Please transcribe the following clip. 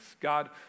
God